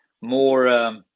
more